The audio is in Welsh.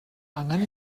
angen